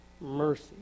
mercy